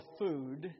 food